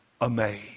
amazed